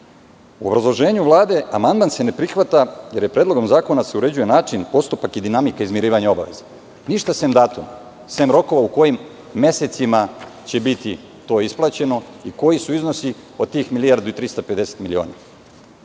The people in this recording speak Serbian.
obrazloženju Vlade amandman se ne prihvata jer Predlogom zakona se uređuje način i postupak i dinamika izmirivanja obaveza. Ništa sem datuma, sem rokova u kojim mesecima će biti to isplaćeno i koji su iznosi od tih 1.350.000.000 miliona.